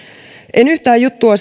en yhtään juttua